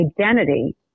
identity